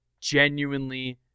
genuinely